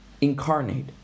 Incarnate